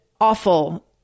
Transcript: awful